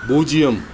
பூஜ்ஜியம்